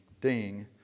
ding